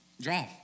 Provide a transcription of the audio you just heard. drive